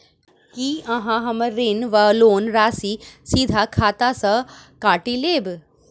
की अहाँ हम्मर ऋण वा लोन राशि सीधा खाता सँ काटि लेबऽ?